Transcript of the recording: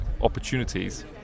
opportunities